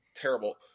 terrible